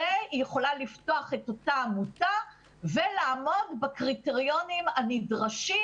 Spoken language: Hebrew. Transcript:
היא יכולה לפתוח את אותה עמותה ולעמוד בקריטריונים הנדרשים.